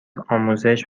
آموزش